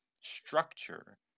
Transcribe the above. structure